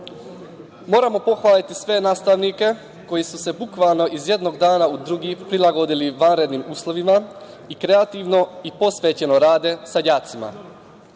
pohvaliti sve nastavnike koji su se bukvalno iz jednog dana u drugi prilagodili vanrednim uslovima i kreativno i posvećeno rade sa đacima.